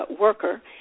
worker